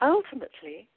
Ultimately